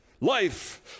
life